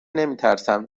نمیترسم